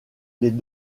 les